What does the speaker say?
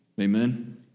Amen